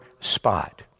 spot